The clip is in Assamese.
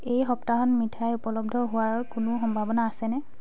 এই সপ্তাহত মিঠাই উপলব্ধ হোৱাৰ কোনো সম্ভাৱনা আছেনে